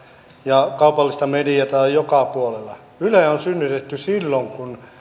ja kaupallista mediaa on joka puolella yle on synnytetty silloin kun